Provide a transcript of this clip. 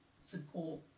support